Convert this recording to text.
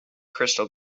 crystal